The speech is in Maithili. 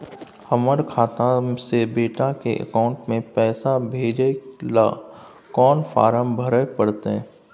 हमर खाता से बेटा के अकाउंट में पैसा भेजै ल कोन फारम भरै परतै?